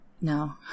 no